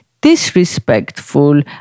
disrespectful